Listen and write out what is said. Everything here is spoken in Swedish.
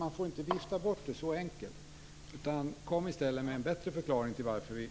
Man får inte vifta bort det så enkelt, utan Bengt Silfverstrand borde i stället komma med en bättre förklaring.